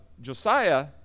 Josiah